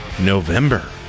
November